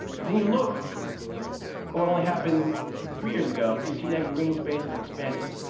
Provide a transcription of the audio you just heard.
but then you look at what only happened three years ago, and you see that green space is expanded.